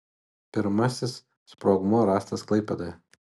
pirmasis sprogmuo rastas klaipėdoje